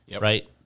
Right